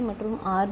ஏ மற்றும் ஆர்